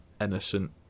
innocent